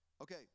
Okay